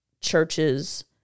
churches